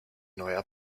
neuer